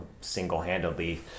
single-handedly